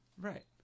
Right